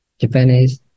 Japanese